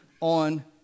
on